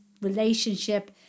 relationship